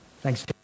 Thanks